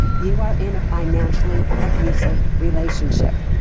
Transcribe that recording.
you are in a financially abusive relationship.